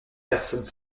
personnes